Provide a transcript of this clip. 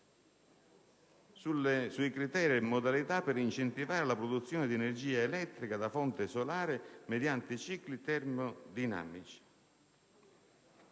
i criteri e le modalità per incentivare la produzione di energia elettrica da fonte solare mediante cicli termodinamici;